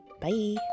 Bye